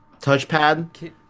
touchpad